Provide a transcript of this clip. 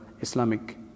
islamic